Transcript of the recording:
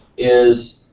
is